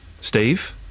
Steve